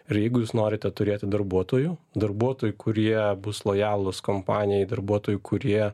ir jeigu jūs norite turėti darbuotojų darbuotojų kurie bus lojalūs kompanijai darbuotojų kurie